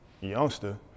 Youngster